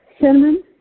cinnamon